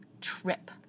trip